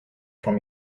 from